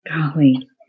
golly